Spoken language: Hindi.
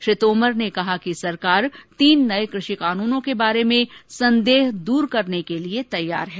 श्री तोमर ने कहा कि सरकार तीन नए कृषि कानुनों के बारे में संदेह दूर करने के लिए तैयार है